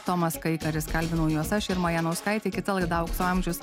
tomas kaikaris kalbinau juos aš irma janauskaitė kita laida aukso amžius